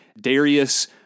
Darius